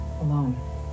Alone